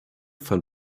von